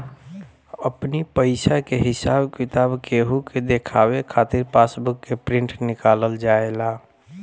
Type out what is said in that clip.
अपनी पईसा के हिसाब किताब केहू के देखावे खातिर पासबुक के प्रिंट निकालल जाएला